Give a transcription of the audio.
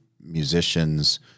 musicians